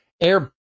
air